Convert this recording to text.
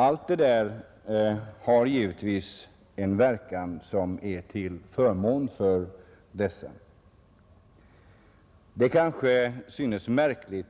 Allt det där har givetvis en verkan som är till förmån för dessa grupper. Det kanske synes märkligt